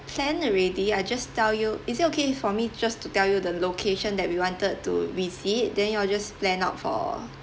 plan already I just tell you is it okay for me just to tell you the location that we wanted to visit then you all just plan out for